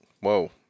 Whoa